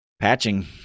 patching